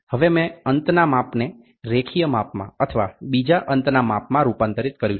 હવે મેં અંતના માપને રેખીય માપમાં અથવા બીજા અંતના માપમાં રૂપાંતરિત કર્યું છે